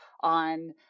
on